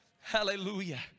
Hallelujah